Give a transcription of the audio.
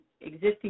existing